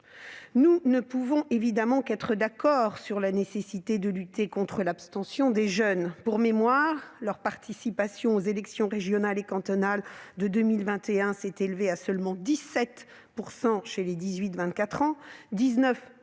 Nous ne pouvons évidemment qu'être d'accord avec la nécessité de lutter contre l'abstention des jeunes ; pour mémoire, la participation aux élections régionales et départementales de 2021 s'est élevée à seulement 17 % chez les 18-24 ans, et